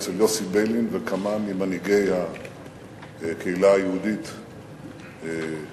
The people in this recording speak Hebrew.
אצל יוסי ביילין וכמה ממנהיגי הקהילה היהודית האמריקנית,